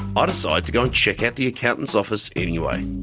ah decide to go and check out the accountant's office anyway.